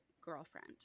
girlfriend